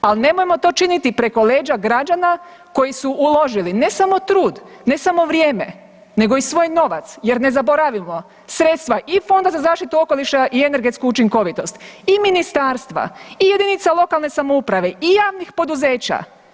Ali nemojmo to činiti preko leđa građana koji su uložili ne samo trud, ne samo vrijeme, nego i svoj novac jer ne zaboravimo sredstva i Fonda za zaštitu okoliša i energetsku učinkovitost i ministarstva i jedinica lokalne samouprave i javnih poduzeća.